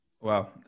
Wow